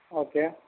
okay